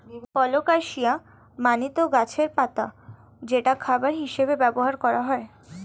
colocasia মানে তো গাছের পাতা যেটা খাবার হিসেবে ব্যবহার করা হয়